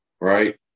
Right